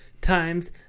times